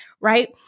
right